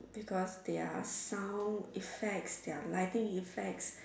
because their sound effects their lightings effects